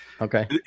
Okay